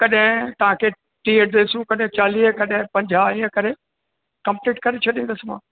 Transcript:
कॾहिं तव्हां खे टीह ड्रेसूं कॾहिं चालीह कॾहिं पंजाहु हीअं करे कंप्लीट करे छॾींदुसि मां